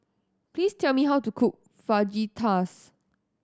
please tell me how to cook Fajitas